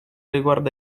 riguarda